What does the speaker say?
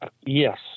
yes